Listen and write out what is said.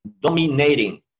dominating